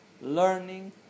learning